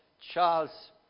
Charles